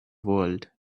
world